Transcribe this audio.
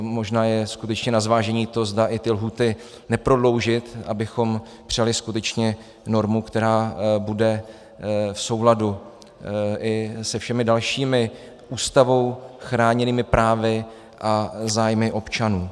Možná je skutečně na zvážení to, zda i ty lhůty neprodloužit, abychom přijali skutečně normu, která bude v souladu i se všemi dalšími Ústavou chráněnými právy a zájmy občanů.